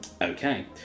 Okay